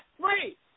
free